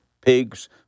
pigs